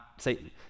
Satan